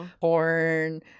porn